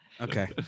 Okay